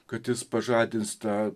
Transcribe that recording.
kad jis pažadins tą